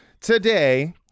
Today